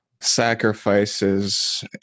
sacrifices